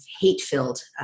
hate-filled